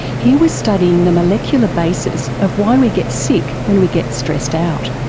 he was studying the molecular basis of why we get sick when we get stressed out.